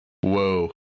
Whoa